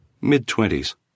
mid-twenties